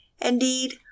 indeed